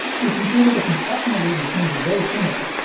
you can see that the construction of these machines is very similar,